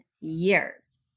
years